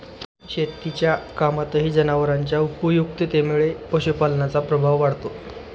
शेतीच्या कामातही जनावरांच्या उपयुक्ततेमुळे पशुपालनाचा प्रभाव वाढतो